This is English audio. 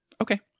okay